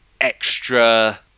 extra